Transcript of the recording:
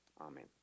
Amen